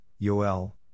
Joel